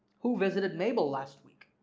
who visited mabel last week?